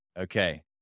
Okay